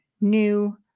new